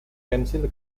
pensil